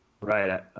Right